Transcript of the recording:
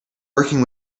working